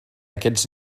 aquests